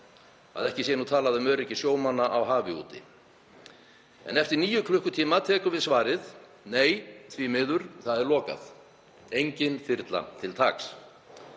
að ekki sé talað um öryggi sjómanna á hafi úti. En eftir níu klukkutíma tekur við svarið: Nei, því miður, það er lokað, engin þyrla til taks.